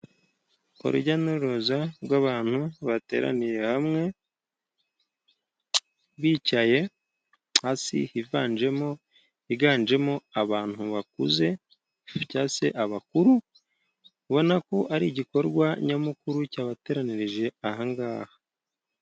Urujya n'uruza rw'abantu bateraniye hamwe, bicaye hasi. Higanjemo abantu bakuze cyangwa se abakuru. Ubona ko ari igikorwa nyamukuru cyabateranirije aha ngaha.